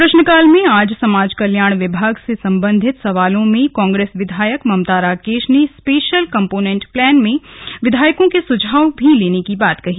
प्रश्नकाल में आज समाज कल्याण विभाग से संबंधित सवालों में कांग्रेस विधायक ममता राकेश ने स्पेशल कम्पोनेंट प्लान में विधायकों के सुझाव भी लेने की बात कही